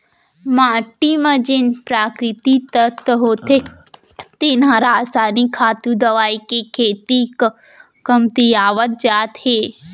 माटी म जेन प्राकृतिक तत्व होथे तेन ह रसायनिक खातू, दवई के सेती कमतियावत जात हे